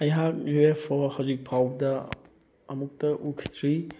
ꯑꯩꯍꯥꯛ U F O ꯍꯧꯖꯤꯛ ꯐꯥꯎꯗ ꯑꯃꯨꯛꯇ ꯎꯈꯤꯗ꯭ꯔꯤ